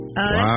Wow